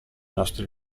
nostri